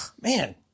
man